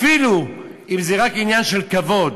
אפילו אם זה רק עניין של כבוד.